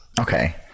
Okay